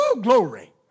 glory